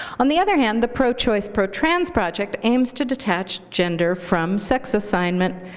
on the other hand, the pro-choice, pro-trans project aims to detach gender from sex assignment,